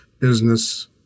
business